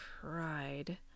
cried